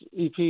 ep